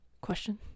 Question